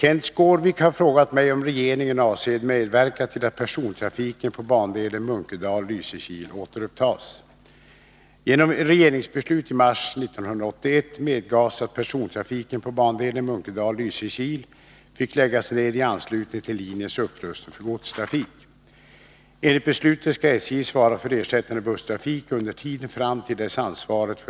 under tiden fram till dess ansvaret för den lokala och regionala trafiken tas Nr 48 över av länshuvudmannen. Som framgår av Kenth Skårviks fråga är Måndagen de busstrafiken f. n. omfattande.